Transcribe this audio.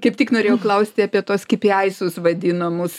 kaip tik norėjau klausti apie tuos keipjaisus vadinamus